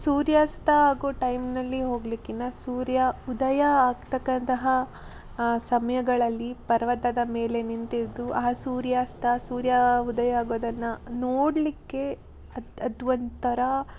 ಸೂರ್ಯಾಸ್ತ ಆಗೋ ಟೈಮಿನಲ್ಲಿ ಹೋಗಲಿಕ್ಕಿನ್ನ ಸೂರ್ಯ ಉದಯ ಆಗ್ತಕ್ಕಂತಹ ಆ ಸಮಯಗಳಲ್ಲಿ ಪರ್ವತದ ಮೇಲೆ ನಿಂತಿದ್ದು ಆ ಸೂರ್ಯಾಸ್ತ ಸೂರ್ಯ ಉದಯ ಆಗೋದನ್ನು ನೋಡಲಿಕ್ಕೆ ಅದು ಅದು ಒಂದು ಥರ